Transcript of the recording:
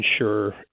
ensure